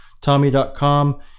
tommy.com